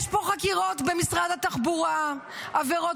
יש פה חקירות במשרד התחבורה על עבירות